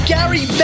Gary